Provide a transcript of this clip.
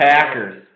Packers